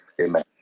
Amen